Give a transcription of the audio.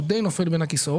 הוא די נופל בין הכיסאות.